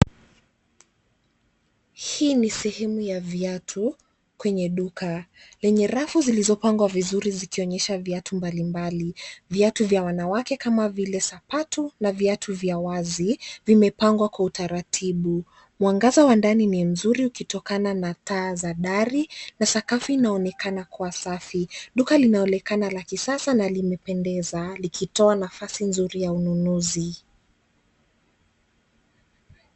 Hii ni sehemu ya viatu kwenye duka, lenye rafu zilizopangwa vizuri zikionyesha viatu mbalimbali. Viatu vya wanawake kama vile sapatu na viatu vya wazi vimepangwa Kwa utaratibu. Mwangaza wa ndani ni mzuri ukitokana na taa za dari na sakafu inaonekana kuwa safi. Duka linaonekana la kisasa na linapendeza, likitoa nafasi nzuri ya ununuzi.